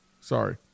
sorry